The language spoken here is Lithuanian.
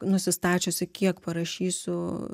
nusistačiusi kiek parašysiu